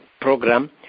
program